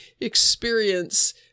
experience